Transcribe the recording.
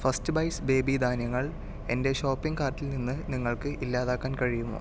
first ബൈസ് baby ധാന്യങ്ങൾ എന്റെ ഷോപ്പിംഗ് കാർട്ടിൽ നിന്ന് നിങ്ങൾക്ക് ഇല്ലാതാക്കാൻ കഴിയുമോ